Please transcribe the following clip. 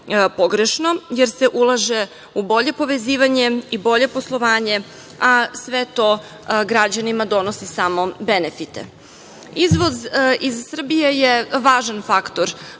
pogrešno, jer se ulaže u bolje povezivanje i bolje poslovanje, a sve to građanima donose samo benefite. Izvoz iz Srbije je važan faktor